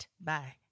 Bye